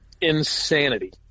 insanity